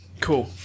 Cool